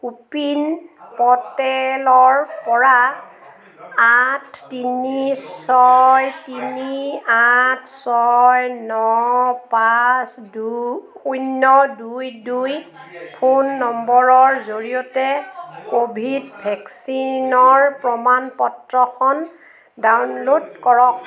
কোপিন পৰ্টেলৰ পৰা আঠ তিনি ছয় তিনি আঠ ছয় ন পাঁচ দু শূন্য দুই দুই ফোন নম্বৰৰ জৰিয়তে ক'ভিড ভেকচিনৰ প্ৰমাণ পত্ৰখন ডাউনলোড কৰক